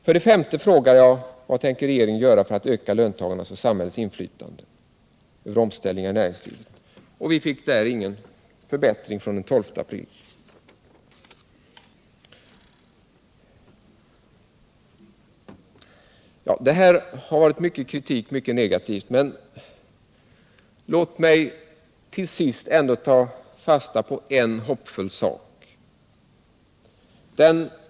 För det femte frågade jag: ”Vad tänker regeringen göra för att öka löntagarnas och samhällets inflytande över omställningar i näringslivet?” Där fick vi inte heller bättre besked än den 12 april. Det här har varit mycket negativt. Låt mig till sist ändå ta fasta på en hoppfull sak.